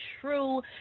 true